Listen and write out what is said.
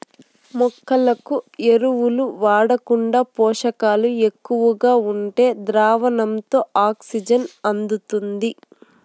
మొక్కలకు ఎరువులు వాడకుండా పోషకాలు ఎక్కువగా ఉండే ద్రావణంతో ఆక్సిజన్ అందుతుంది